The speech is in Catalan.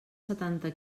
setanta